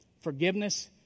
forgiveness